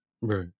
Right